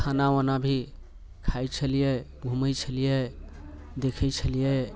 खाना वाना भी खाइ छलियै घुमै छलियै देखै छलियै